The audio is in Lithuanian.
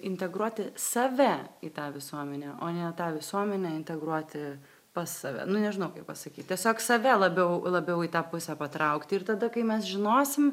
integruoti save į tą visuomenę o ne tą visuomenę integruoti pas save nu nežinau kaip pasakyt tiesiog save labiau labiau į tą pusę patraukti ir tada kai mes žinosim